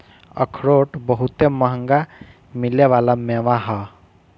अखरोट बहुते मंहगा मिले वाला मेवा ह